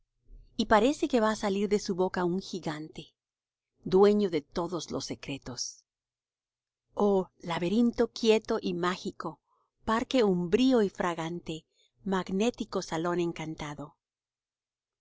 y parece que va á salir de su boca un gigante dueño de todos los secretos oh laberinto quieto y mágico parque umbrío y fragante magnético salón encantado